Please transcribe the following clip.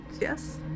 yes